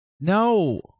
No